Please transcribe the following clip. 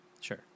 Sure